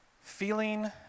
feeling